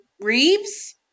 Reeves